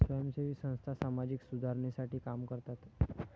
स्वयंसेवी संस्था सामाजिक सुधारणेसाठी काम करतात